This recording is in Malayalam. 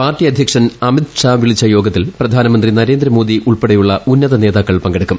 പാർട്ടി അധ്യക്ഷൻ അമിത് ഷാ വിളിച്ച യോഗത്തിൽ പ്രധാനമന്ത്രി നരേന്ദ്രമോദി ഉൾപ്പെടെയുള്ള ഉന്നത നേതാക്കൾ പങ്കെടുക്കും